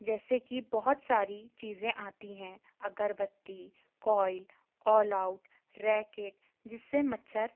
जैसे कि बहुत सारी चीज़ें आती हैं अगरबत्ती कॉइल ऑल आउट रैकेट जिससे मच्छर